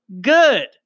good